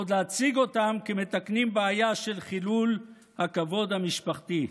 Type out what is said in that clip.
ועוד להציג אותם כמתקנים בעיה של חילול הכבוד המשפחתי?